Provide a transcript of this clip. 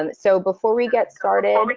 um so before we get started, but